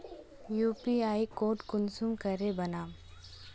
UPI code कुंसम करे बनाम?